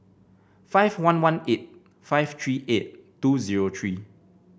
five one one eight five three eight two zero three